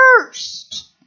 first